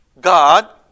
God